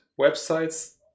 websites